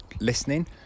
listening